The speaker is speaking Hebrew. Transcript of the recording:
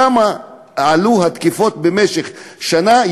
העלייה בתקיפות במשך שנה,